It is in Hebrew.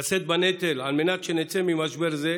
לשאת בנטל על מנת שנצא ממשבר זה,